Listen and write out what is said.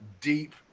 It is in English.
deep